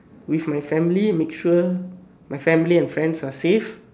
with my family make sure my family and friends are safe